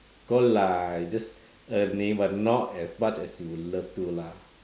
got lah you just earning but not as much as you would love to lah